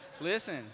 listen